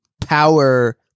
power